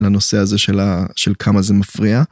לנושא הזה של כמה זה מפריע.